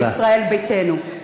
על ישראל ביתנו.